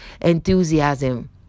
enthusiasm